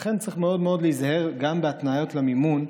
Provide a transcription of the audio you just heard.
ולכן צריך מאוד מאוד להיזהר גם בהתניות למימון.